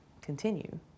continue